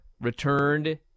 returned